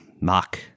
mock